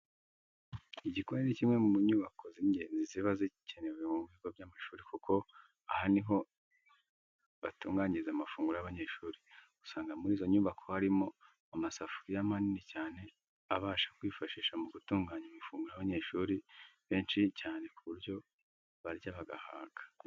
Igikoni ni kimwe mu nyubako z'ingenzi ziba zikenewe mu bigo by'amashuri kuko aha ni ho batunganyiriza amafunguro y'abanyeshuri. Usanga muri izo nyubako harimo amasafuriya manini cyane abasha kwifashisha mu gutunganya amafunguro y'abanyeshuri benshi cyane ku buryo barya bagahaga.